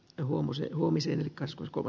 ja huomasi huomisen kask uskoo